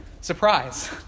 Surprise